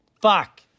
Fuck